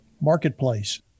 marketplace